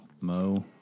Mo